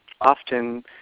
often